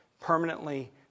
permanently